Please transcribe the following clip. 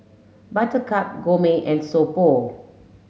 buttercup Gourmet and So Pho